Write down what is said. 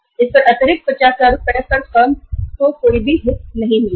इस अतिरिक्त 50000 रुपए पर फर्म को कोई ब्याज नहीं मिलेगा